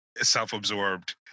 self-absorbed